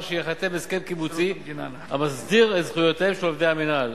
שייחתם הסכם קיבוצי המסדיר את זכויותיהם של עובדי המינהל,